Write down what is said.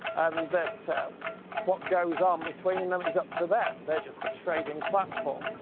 and that so what goes on between them is up to them. they're just a trading platform.